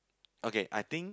okay I think